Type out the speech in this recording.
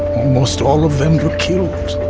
almost all of them were killed.